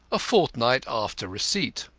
a fortnight after receipt.